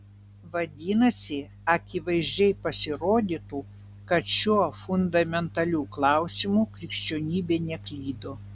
vadinasi akivaizdžiai pasirodytų kad šiuo fundamentaliu klausimu krikščionybė neklydo